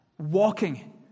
Walking